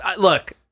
look